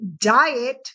diet